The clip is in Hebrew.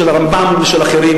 של רמב"ם ושל אחרים,